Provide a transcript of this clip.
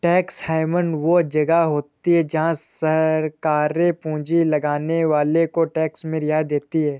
tax haven वो जगह होती हैं जहाँ सरकारे पूँजी लगाने वालो को टैक्स में रियायत देती हैं